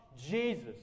Jesus